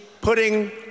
putting